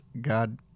God